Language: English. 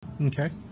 Okay